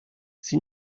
sie